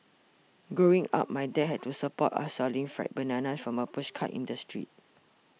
growing up my dad had to support us selling fried bananas from a pushcart in the street